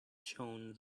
shown